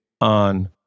on